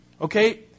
Okay